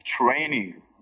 training